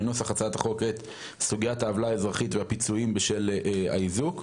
מנוסח הצעת החווק את סוגיית העוולה האזרחית והפיצויים בשל האיזוק.